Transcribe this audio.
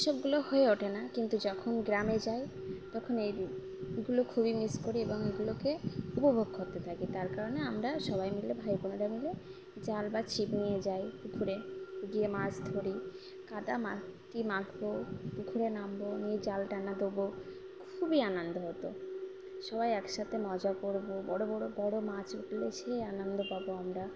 এইসবগুলো হয়ে ওঠে না কিন্তু যখন গ্রামে যাই তখন এইগুলো খুবই মিস করি এবং এগুলোকে উপভোগ করতে থাকি তার কারণে আমরা সবাই মিলে ভাই বোনরা মিলে জাল বা ছিপ নিয়ে যাই পুকুরে গিয়ে মাছ ধরি কাদা মাটি মাখবো পুকুরে নামবো নিয়ে জাল টানা দোবো খুবই আনন্দ হতো সবাই একসাথে মজা করবো বড়ো বড়ো বড়ো মাছ উঠলে সেই আনন্দ পাবো আমরা